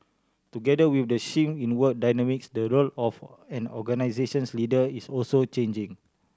together with the shift in work dynamics the role of an organisation's leader is also changing